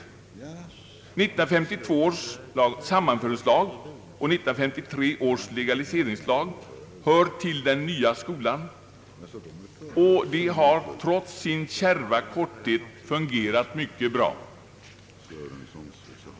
1952 års sammanföringslag och 1953 års legaliseringslag hör till den nya skolan, och de har trots sin kärva korthet fungerat mycket bra.